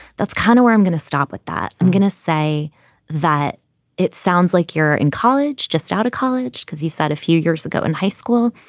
that's kind of where i'm going to stop with that. i'm going to say that it sounds like you're in college, just out of college, because you said a few years ago in high school,